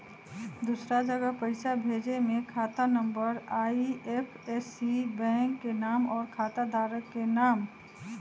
दूसरा जगह पईसा भेजे में खाता नं, आई.एफ.एस.सी, बैंक के नाम, और खाता धारक के नाम?